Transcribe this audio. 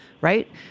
right